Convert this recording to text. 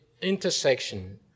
intersection